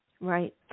Right